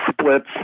splits